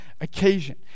occasion